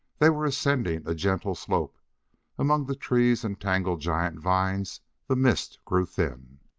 they were ascending a gentle slope among the trees and tangled giant vines the mist grew thin.